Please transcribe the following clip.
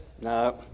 No